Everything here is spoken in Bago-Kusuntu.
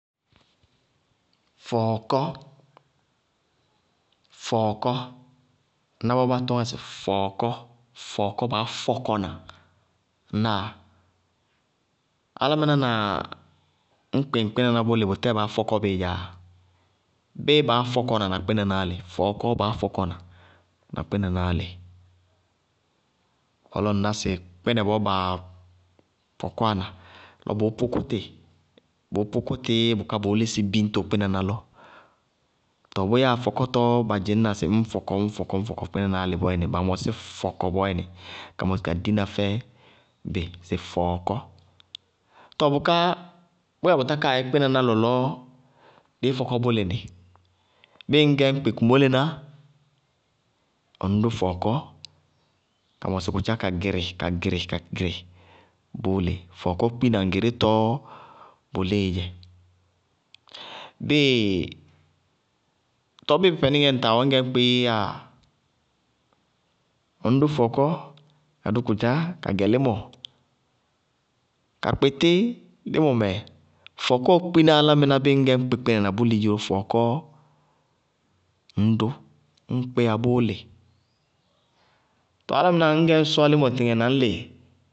Fɔɔkɔ, fɔɔkɔ, ŋná bɔɔ bá yáa sɩ fɔɔkɔ, baá fɔkɔ na ŋnáa? Álámɩná na ñ kpɩ ŋ kpínaná bʋlɩ bʋtɛɛ baá fɔkɔ bɩí yáa? Béé baá fɔkɔna na kpínanáá lɩ? Fɔɔkɔɔ baá fɔkɔna na kpínanáá lɩ. Bɔɔlɔɔ ŋnáa sɩ kpínɛ bɔɔ baa fɔkɔwa na lɔ bʋʋ pʋkʋtɩ, bʋʋ pʋkʋtɩí bʋká bʋʋ lísɩ bíñto kpínaná lɔ, tɔɔ bʋyáa fɔkɔtɔɔ ba dzɩñna sɩ bíɩ ñ fɔkɔ ñ fɔkɔ kpínanáá lɩ bɔɔyɛnɩ ba mɔsí fɔkɔ bɔɔyɛnɩ ka mɔsɩ dína dɛ bɩ sɩ fɔɔkɔ. Tɔɔr bʋká bʋyáa bʋ tákáa yɛ kpínaná lɔlɔɔ dɩí fɔkɔ bʋlɩ nɩ, bíɩ ŋñ gɛ ñ kpɩ kumólená, ŋñ dʋ fɔɔkɔ, ka mɔsɩ fɔɔkɔ ka gɩrɩ ka gɩrɩ. Fɔɔkɔ kpína ŋ gɩrítɔɔ bɔlíɩ dzɛ. Bíɩ tɔɔ bíɩ pɛpɛníŋɛ ŋwɛeŋñgɛ ñ kpɩíyáa ŋñ dʋ fɔɔkɔ, ka dʋ kʋtchá, kagɛ límɔ, ka kpɩ tí límɔ mɛ, fɔɔkɔɔ kpina álámɩná bíɩ ŋñ gɛ ñ kpí kpínɛ na bʋ lɩ dziró fɔɔkɔɔ ŋñ dʋ ñ kpíya bʋʋlɩ. Tɔ álámɩná ŋñgɛ ñ sɔ límɔ tɩtɩŋɛ na ñlɩ.